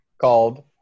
called